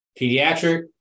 Pediatric